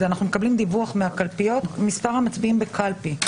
"סודיות ואי גריעת זכויות 30ג. (א)